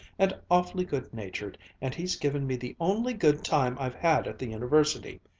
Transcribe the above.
and awfully good-natured, and he's given me the only good time i've had at the university.